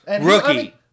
Rookie